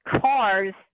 cars